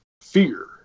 fear